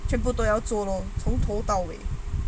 全部都要做从头到尾